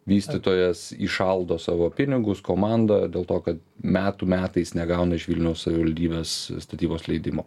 vystytojas įšaldo savo pinigus komanda dėl to kad metų metais negauna iš vilniaus savivaldybės statybos leidimo